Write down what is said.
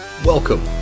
Welcome